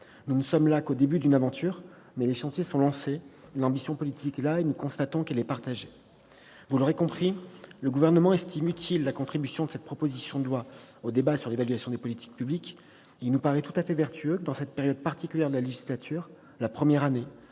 Nous ne sommes encore qu'au début de l'aventure, mais les chantiers sont lancés, et l'ambition politique est là. Nous constatons qu'elle est partagée. Vous l'aurez compris, le Gouvernement estime utile la contribution de cette proposition de loi au débat sur l'évaluation des politiques publiques. Il est tout à fait vertueux que, dans cette période particulière de la législature- la première année,